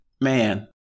man